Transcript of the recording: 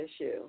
issue